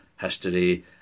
history